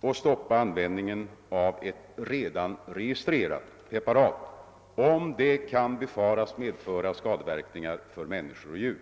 och att stoppa användningen av ett redan registrerat preparat, om preparatet kan befaras medföra skadeverkningar för människor och djur.